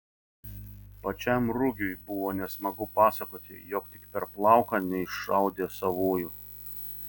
pačiam rugiui buvo nesmagu pasakoti jog tik per plauką neiššaudė savųjų